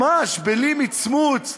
ממש בלי מצמוץ,